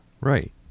Right